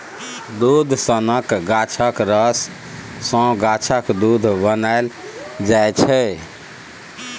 दुध सनक गाछक रस सँ गाछक दुध बनाएल जाइ छै